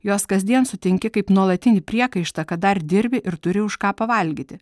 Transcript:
juos kasdien sutinki kaip nuolatinį priekaištą kad dar dirbi ir turi už ką pavalgyti